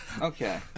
Okay